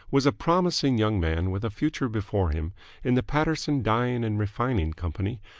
was a promising young man with a future before him in the paterson dyeing and refining company,